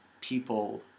people